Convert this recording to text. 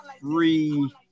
three